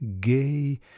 gay